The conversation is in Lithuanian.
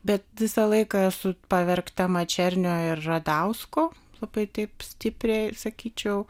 bet visą laiką esu pavergtą mačernio ir radausko labai taip stipriai sakyčiau